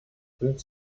sind